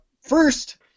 first